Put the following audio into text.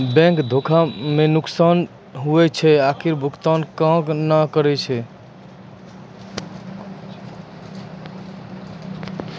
bank धोखा मे जे नुकसान हुवै छै ओकरो भुकतान कोय नै करै छै